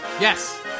Yes